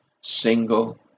single